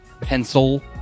pencil